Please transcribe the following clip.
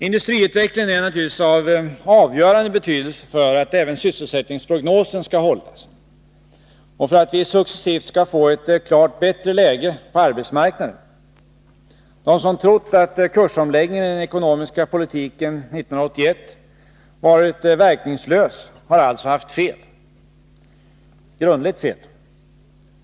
Industriutvecklingen är naturligtvis av avgörande betydelse för att även sysselsättningsprognosen skall hålla och för att vi successivt skall få ett klart bättre läge på arbetsmarknaden. De som trott att kursomläggningen i den ekonomiska politiken 1981 varit verkningslös har alltså haft fel — grundligt fel.